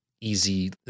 Easy